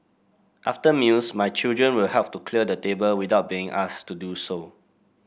after meals my children will help to clear the table without being asked to do so